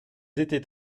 étaient